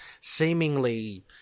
seemingly